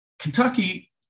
Kentucky